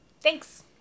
Thanks